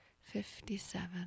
fifty-seven